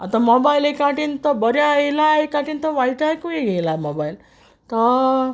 आतां मोबायल एक आटीन तो बोऱ्या येला एक आटीन तो वायटाकूय येला मोबायल तो